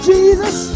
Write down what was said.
Jesus